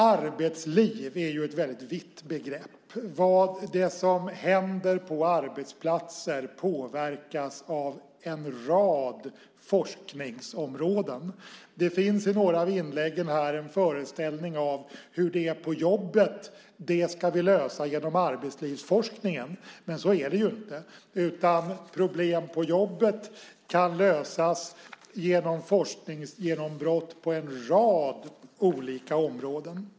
Arbetsliv är ju ett väldigt vitt begrepp. Vad det är som händer på arbetsplatser påverkas av en rad forskningsområden. Det finns i några av inläggen här en föreställning om att problem på jobbet ska vi lösa genom arbetslivsforskningen. Men så är det ju inte, utan problem på jobbet kan lösas genom forskningsgenombrott på en rad olika områden.